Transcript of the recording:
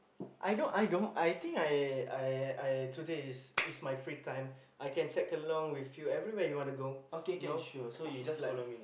I don't I don't I think I I I today is is my free time I can tag along with you everywhere you wanna go no is like